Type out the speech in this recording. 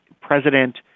President